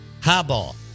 Highball